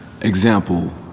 example